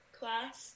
class